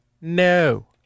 no